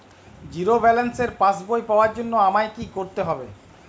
Zero ব্যালেন্সের পাসবই পাওয়ার জন্য আমায় কী করতে হবে?